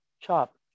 chop